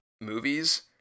movies